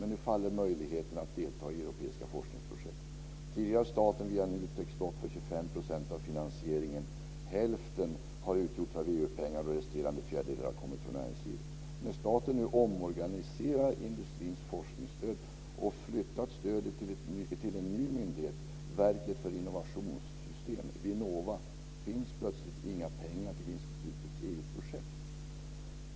Men nu faller möjligheterna att delta i europeiska forskningsprojekt. Tidigare har staten via Nutek stått för 25 procent av finansieringen. Hälften har utgjorts av EU-pengar och resterande fjärdedel har kommit från näringslivet. När staten nu omorganiserat industrins forskningsstöd och flyttat stödet till en ny myndighet, Verket för innovationssystem, Vinnova, finns plötsligt inga pengar till institutens EU-projekt.